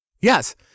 Yes